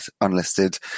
unlisted